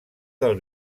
del